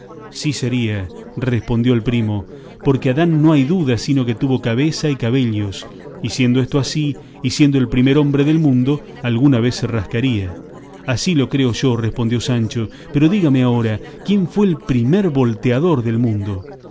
sí sería respondió el primo porque adán no hay duda sino que tuvo cabeza y cabellos y siendo esto así y siendo el primer hombre del mundo alguna vez se rascaría así lo creo yo respondió sancho pero dígame ahora quién fue el primer volteador del mundo